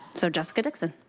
so, jessica dixon.